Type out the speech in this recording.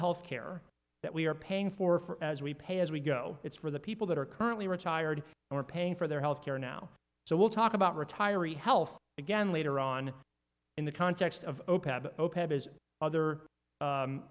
health care that we are paying for for as we pay as we go it's for the people that are currently retired or paying for their health care now so we'll talk about retiring health again later on in the context of his other